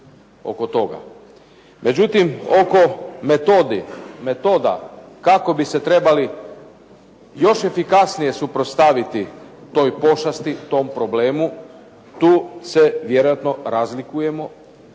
Međutim, oko metoda kako bi se trebali još efikasnije suprotstaviti toj pošasti, tom problemu tu se vjerojatno razlikujemo